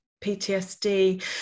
ptsd